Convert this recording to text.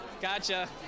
Gotcha